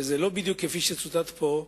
שזה לא בדיוק כפי שצוטט פה,